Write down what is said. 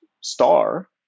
star